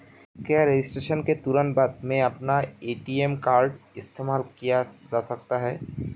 क्या रजिस्ट्रेशन के तुरंत बाद में अपना ए.टी.एम कार्ड इस्तेमाल किया जा सकता है?